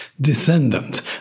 descendant